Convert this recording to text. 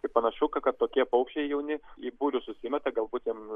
tai panašu kad kad tokie paukščiai jauni į būrius susimeta galbūt jiem